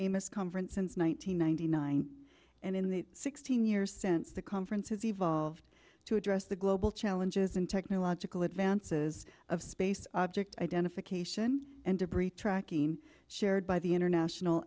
amos conference since one thousand nine hundred nine and in the sixteen years since the conference has evolved to address the global challenges and technological advances of space object identification and debris tracking shared by the international